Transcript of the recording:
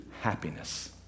happiness